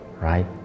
right